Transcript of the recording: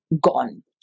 gone